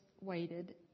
waited